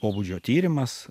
pobūdžio tyrimas